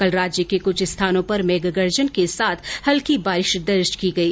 कल राज्य के कुछ स्थानों पर मेघगर्जन के साथ हल्की बारिश दर्ज की गयी